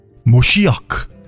Moshiach